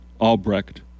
Albrecht